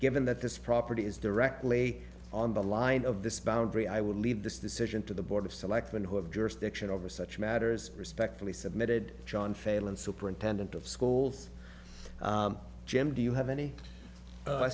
given that this property is directly on the line of this boundary i would leave this decision to the board of selectmen who have jurisdiction over such matters respectfully submitted john failand superintendent of schools jim do you have any